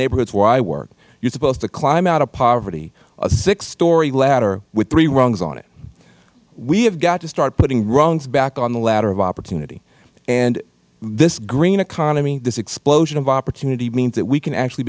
neighborhoods where i work you are supposed to climb out of poverty a six story ladder with three rungs on it we have got to start putting rungs back on the ladder of opportunity and this green economy this explosion of opportunity means that we can actually